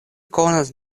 konas